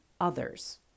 others